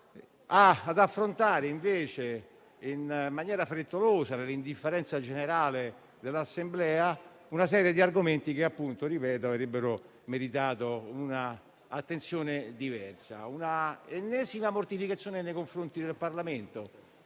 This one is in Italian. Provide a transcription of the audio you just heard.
ad affrontare, invece, in maniera frettolosa e nell'indifferenza generale dell'Assemblea, una serie di argomenti che - lo ribadisco - avrebbero meritato un'attenzione diversa. Questa è l'ennesima mortificazione nei confronti del Parlamento,